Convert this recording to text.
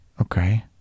Okay